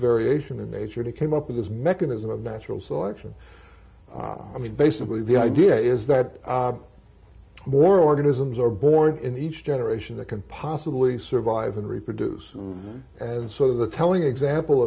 variation in nature to came up with this mechanism of natural selection i mean basically the idea is that more organisms are born in each generation that can possibly survive and reproduce and so the telling example